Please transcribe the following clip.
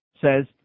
says